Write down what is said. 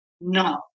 No